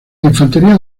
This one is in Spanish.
infantería